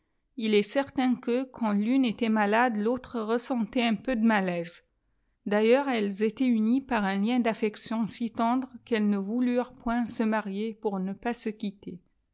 il est certain que quand tune était malade l'autre ressentait un peu de malaise d ailleurs elles étaient unies par un lien d'affection si tendre qu'elles ne voulurent point se marier pour ne pas se quitter